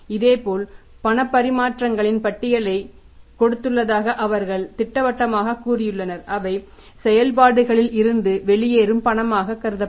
இதேபோல் பணப்பரிமாற்றங்களின் பட்டியலைக் கொடுத்துள்ளதாக அவர்கள் திட்டவட்டமாகக் கூறியுள்ளனர் அவை செயல்பாடுகளில் இருந்து வெளியேறும் பணமாகக் கருதப்படும்